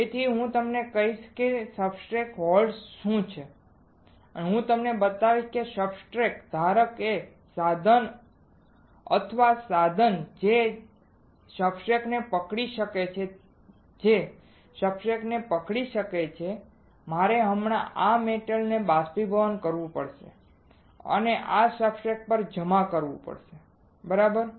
તેથી હું તમને કહીશ કે સબસ્ટ્રેટ હોલ્ડર્સ શું છે તે હું તમને બતાવીશ સબસ્ટ્રેટ ધારક એ સાધન અથવા સાધન છે જે સબસ્ટ્રેટને પકડી શકે છે જે સબસ્ટ્રેટને પકડી શકે છે મારે હમણાં આ મેટલને બાષ્પીભવન કરવું પડશે અને આ સબસ્ટ્રેટ્સ પર જમા કરવું પડશે બરાબર